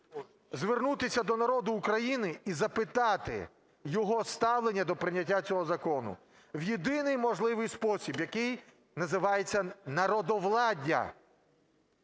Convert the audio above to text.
звернутися до народу України і запитати його ставлення до прийняття цього закону в єдиний можливий спосіб, який називається "народовладдя",